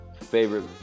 favorite